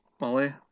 Molly